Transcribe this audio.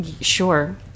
Sure